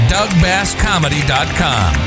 DougBassComedy.com